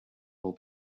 will